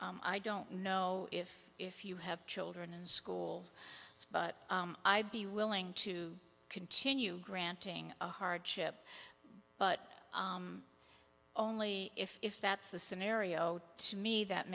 it i don't know if if you have children in school but i'd be willing to continue granting a hardship but only if that's the scenario to me that